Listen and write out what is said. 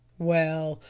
well,